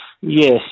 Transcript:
yes